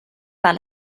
par